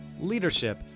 leadership